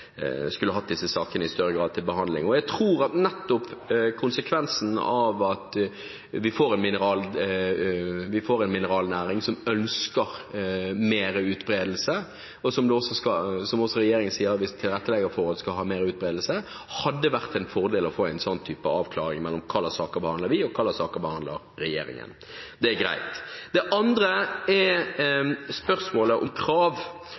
hatt disse sakene til behandling. Jeg tror at nettopp konsekvensen av at vi får en mineralnæring som ønsker mer utbredelse – og hvis også regjeringen sier at vi skal tilrettelegge for mer utbredelse – er at det hadde vært en fordel å få en sånn type avklaring mellom hvilke saker behandler vi og hvilke saker behandler regjeringen. Det er greit. Det andre er spørsmålet om krav.